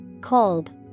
Cold